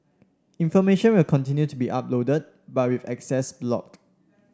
information will continue to be uploaded but with access blocked